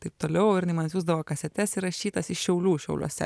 taip toliau ir jinai man atsiųsdavo kasetes įrašytas iš šiaulių šiauliuose